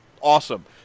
awesome